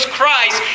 Christ